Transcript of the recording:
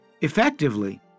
Effectively